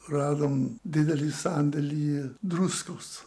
radom didelį sandėlį druskos